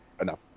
Enough